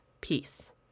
peace